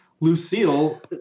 Lucille